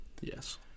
Yes